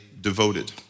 devoted